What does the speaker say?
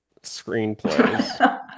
screenplays